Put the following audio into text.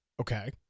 Okay